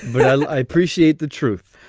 well, i appreciate the truth.